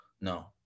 no